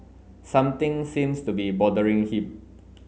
something seems to be bothering him